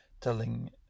telling